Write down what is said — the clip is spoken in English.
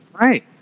Right